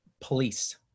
Police